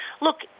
Look—